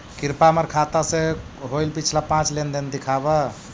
कृपा हमर खाता से होईल पिछला पाँच लेनदेन दिखाव